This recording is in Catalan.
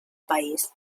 país